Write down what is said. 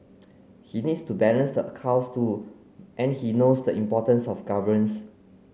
he needs to balance the accounts too and he knows the importance of governance